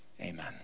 amen